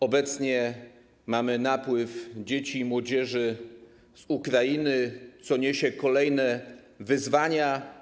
Obecnie mamy napływ dzieci i młodzieży z Ukrainy, co niesie kolejne wyzwania.